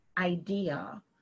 idea